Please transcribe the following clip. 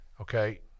Okay